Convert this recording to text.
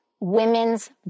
women's